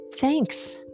thanks